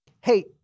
hey